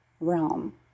realm